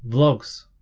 vlogs,